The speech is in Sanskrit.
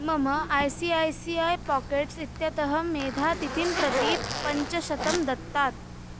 मम A C A C A packets इत्यतः मेधातिथिं प्रति पञ्चशतं दत्तात्